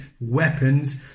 weapons